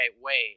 wait